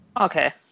Okay